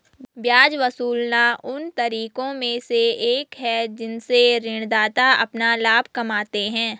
ब्याज वसूलना उन तरीकों में से एक है जिनसे ऋणदाता अपना लाभ कमाते हैं